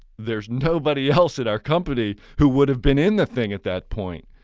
there's nobody else at our company who would've been in the thing at that point.